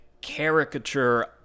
caricature